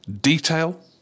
detail